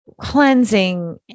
cleansing